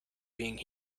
being